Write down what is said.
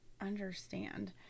understand